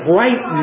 right